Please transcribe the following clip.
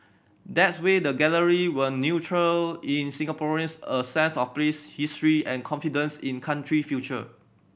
that's way the gallery will nurture in Singaporeans a sense of place history and confidence in country future